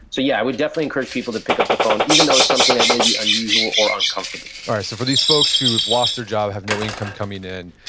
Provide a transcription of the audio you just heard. so yeah, i would definitely encourage people to pick up the phone even though it's something that may be unusual or uncomfortable alright, so for these folks who have lost their job, have no income coming in,